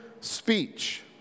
Speech